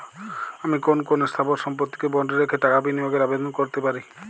আমি কোন কোন স্থাবর সম্পত্তিকে বন্ডে রেখে টাকা বিনিয়োগের আবেদন করতে পারি?